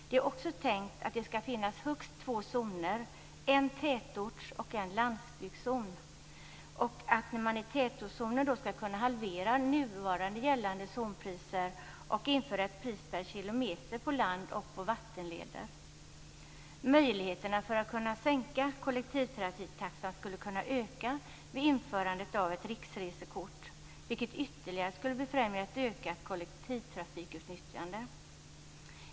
Det är också tänkt att det skall finnas högst två zoner, en tätorts och en landsbygdszon. I tätortszonen skall man kunna halvera nu gällande zonpriser och på landsbygden införa ett pris per kilometer på land och vattenleder. Möjligheterna att sänka kollektivtrafiktaxan skulle kunna öka vid införandet av ett riksresekort, vilket ytterligare skulle befrämja ett ökat kollektivtrafikutnyttjande.